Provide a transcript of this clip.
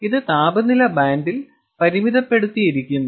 ഇത് താപനില ബാൻഡിൽ പരിമിതപ്പെടുത്തിയിരിക്കുന്നു